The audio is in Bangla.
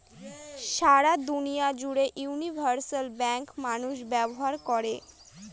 সারা দুনিয়া জুড়ে ইউনিভার্সাল ব্যাঙ্ক মানুষ ব্যবহার করে